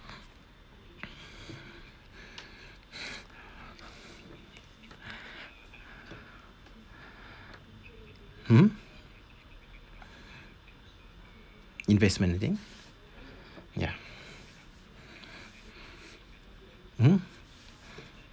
mmhmm investment thing ya mmhmm